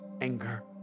anger